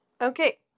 Okay